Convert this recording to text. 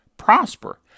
prosper